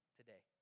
today